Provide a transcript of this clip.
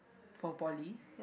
for poly